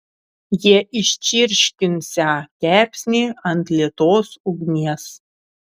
jie iščirškinsią kepsnį ant lėtos ugnies